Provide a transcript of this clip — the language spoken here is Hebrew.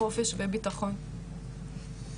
בחופש ובביטחון.